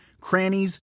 crannies